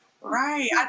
Right